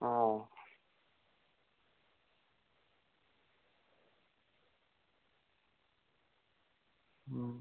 ও হুম